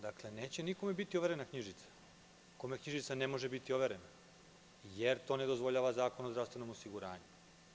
Dakle, neće nikome biti overena knjižica, kome knjižica ne može biti overena, jer to ne dozvoljava Zakon o zdravstvenom osiguranju.